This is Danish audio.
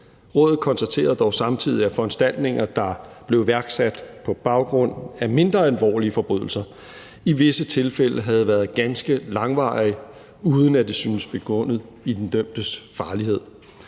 Rådet konstaterede dog samtidig, at foranstaltninger, der blev iværksat på baggrund af mindre alvorlige forbrydelse, i visse tilfælde havde været ganske langvarige, uden at det syntes begrundet i den dømtes farlighed.